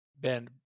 Ben